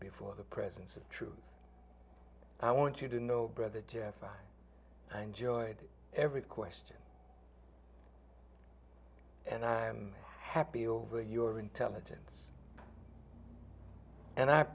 before the presence of truth i want you to know brother jeff i enjoyed every question and i'm happy over your intelligence and i